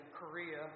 Korea